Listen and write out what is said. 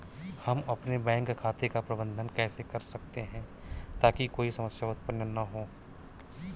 हम अपने बैंक खाते का प्रबंधन कैसे कर सकते हैं ताकि कोई समस्या उत्पन्न न हो?